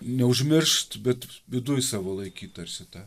neužmiršt bet viduj savo laikyt tarsi tą